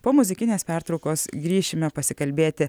po muzikinės pertraukos grįšime pasikalbėti